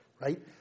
right